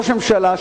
ראש הממשלה,